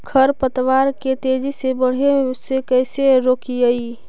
खर पतवार के तेजी से बढ़े से कैसे रोकिअइ?